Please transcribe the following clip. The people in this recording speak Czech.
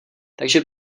takže